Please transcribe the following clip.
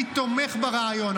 אני תומך ברעיון,